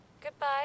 Goodbye